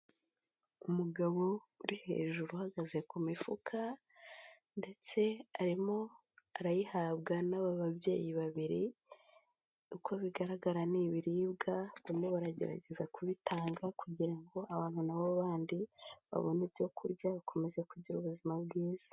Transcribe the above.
Umugabo uri hejuru uhagaze ku mifuka, ndetse arimo arayihabwa n'aba babyeyi babiri, uko bigaragara ni ibiribwa; barimo baragerageza kubitanga kugira ngo abantu na bo bandi, babone ibyo kurya, bakomeza kugira ubuzima bwiza.